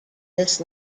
this